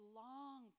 long